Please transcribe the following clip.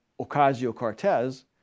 Ocasio-Cortez